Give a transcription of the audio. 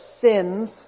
sins